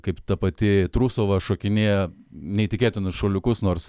kaip ta pati trusova šokinėja neįtikėtinus šuoliukus nors